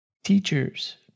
Teachers